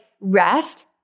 rest